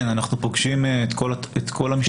כן, אנחנו פוגשים את כל המשתתפים.